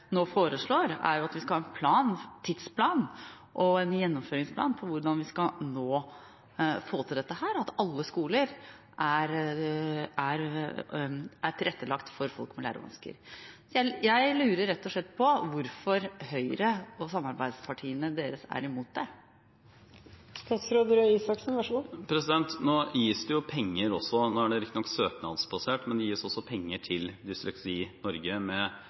nå foreslår, er at vi skal ha en tidsplan og en gjennomføringsplan for hvordan vi skal få til at alle skoler er tilrettelagt for folk med lærevansker. Jeg lurer rett og slett på hvorfor Høyre og samarbeidspartiene deres er imot det. Nå gis det også penger – det er riktignok søknadsbasert, men det gis penger – til Dysleksi Norge med